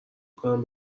کنم